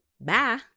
Bye